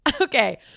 Okay